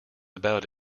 about